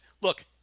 look